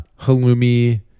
halloumi